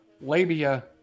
labia